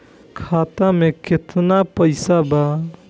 खाता में केतना पइसा बा?